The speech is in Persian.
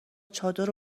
چادر